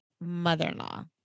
mother-in-law